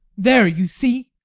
there, you see!